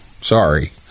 sorry